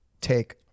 take